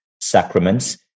sacraments